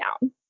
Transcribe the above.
down